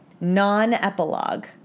Non-epilogue